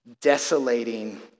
desolating